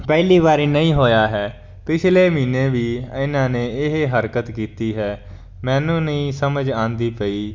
ਪਹਿਲੀ ਵਾਰੀ ਨਹੀਂ ਹੋਇਆ ਹੈ ਪਿਛਲੇ ਮਹੀਨੇ ਵੀ ਇਹਨਾਂ ਨੇ ਇਹ ਹਰਕਤ ਕੀਤੀ ਹੈ ਮੈਨੂੰ ਨਹੀਂ ਸਮਝ ਆਉਂਦੀ ਪਈ